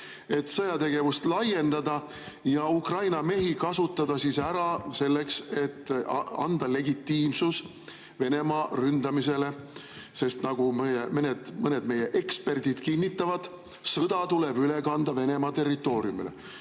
et sõjategevust laiendada ja Ukraina mehi kasutada ära selleks, et anda legitiimsus Venemaa ründamisele. Sest nagu mõned meie eksperdid kinnitavad, sõda tuleb üle kanda Venemaa territooriumile.